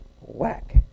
whack